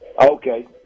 okay